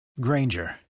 Granger